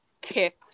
kick